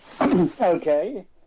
Okay